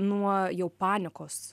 nuo jau panikos